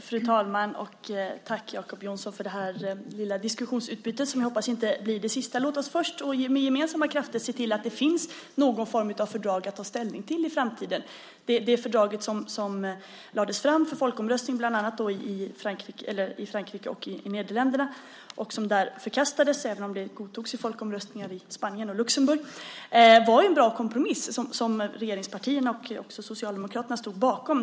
Fru talman! Tack, Jacob Johnson, för det här lilla diskussionsutbytet, som jag hoppas inte blir det sista. Låt oss först med gemensamma krafter se till att det finns någon form av fördrag att ta ställning till i framtiden. Det fördrag som lades fram för folkomröstning bland annat i Frankrike och Nederländerna och som där förkastades, även om det godtogs i folkomröstningar i Spanien och Luxemburg, var en bra kompromiss som regeringspartierna och Socialdemokraterna stod bakom.